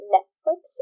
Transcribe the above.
Netflix